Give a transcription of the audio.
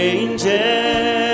angels